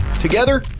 Together